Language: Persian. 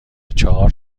چهار